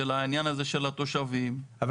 של העניין הזה של התושבים --- אבל